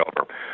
over